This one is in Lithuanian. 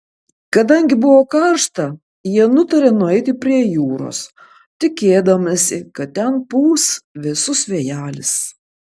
kadangi buvo karšta jie nutarė nueiti prie jūros tikėdamiesi kad ten pūs vėsus vėjelis